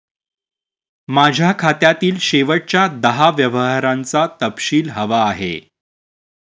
माझ्या खात्यातील शेवटच्या दहा व्यवहारांचा तपशील हवा आहे